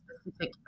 specific